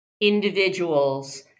individuals